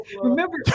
remember